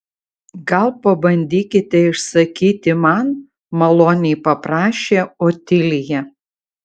gal pabandykite išsakyti man maloniai paprašė otilija